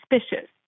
suspicious